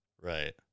Right